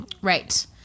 Right